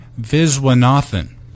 Viswanathan